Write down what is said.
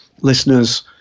listeners